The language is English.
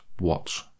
watch